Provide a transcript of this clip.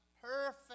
perfect